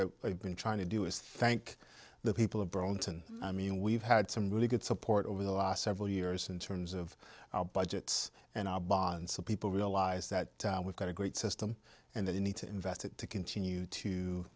i've been trying to do is thank the people of burlington i mean we've had some really good support over the last several years in terms of our budgets and our bond so people realize that we've got a great system and they need to invest it to continue to